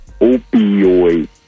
opioid